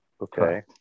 Okay